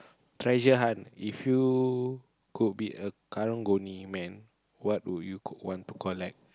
treasure hunt if you could be a karang-guni man what would you want to collect